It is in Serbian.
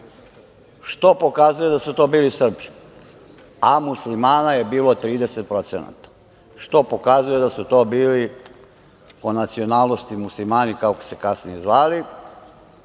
što pokazuje da su to bili Srbi, a muslimana je bilo 30%, što pokazuje da su to bili po nacionalnosti muslimani, kako su se kasnije zvali. Ali,